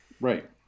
Right